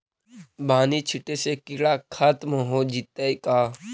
बानि छिटे से किड़ा खत्म हो जितै का?